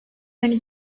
yönü